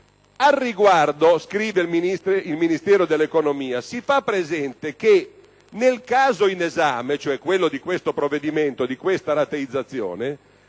Infatti, scrive il Ministero dell'economia: «Al riguardo si fa presente che, nel caso in esame», cioè quello di questo provvedimento e di questa rateizzazione,